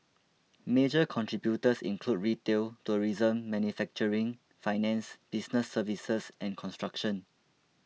major contributors include retail tourism manufacturing finance business services and construction